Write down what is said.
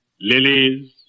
lilies